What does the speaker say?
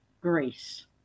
grace